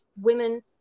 women